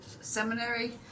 Seminary